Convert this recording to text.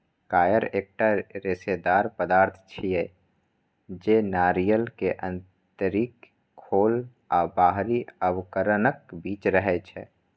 coir एकटा रेशेदार पदार्थ छियै, जे नारियल के आंतरिक खोल आ बाहरी आवरणक बीच रहै छै